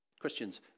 Christians